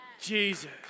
Jesus